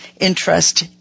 interest